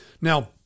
Now